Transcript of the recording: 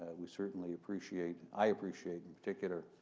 and we certainly appreciate, i appreciate, in particular,